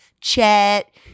Chet